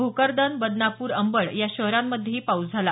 भोकरदन बदनापूर अबंड या शहरांमध्येही पाऊस झाला